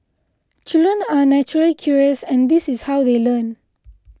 children are naturally curious and this is how they learn